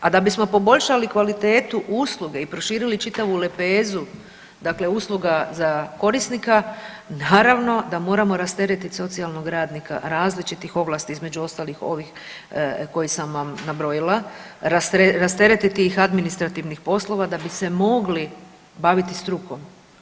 A da bismo poboljšali kvalitetu usluge i proširili čitavu lepezu usluga za korisnika naravno da moramo rasteretiti socijalnog radnika različitih ovlasti, između ostalih ovih koje sam vam nabrojila, rasteretiti ih administrativnih poslova da bi se mogli baviti strukom.